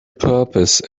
purpose